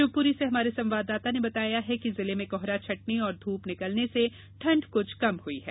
शिवपूरी से हमारे संवाददाता ने बताया है कि जिले में कोहरा छटने और धूप निकलने से ठंड कुछ कम हुई है